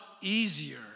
easier